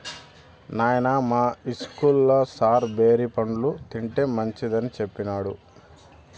నాయనా, మా ఇస్కూల్లో సారు బేరి పండ్లు తింటే మంచిదని సెప్పినాడు